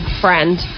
friend